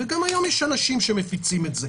גם היום יש אנשים שמפיצים את זה.